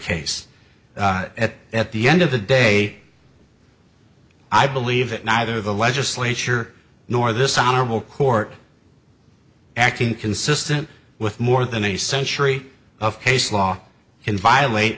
case at the end of the day i believe that neither the legislature nor this honorable court acting consistent with more than a century of case law in violate